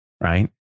Right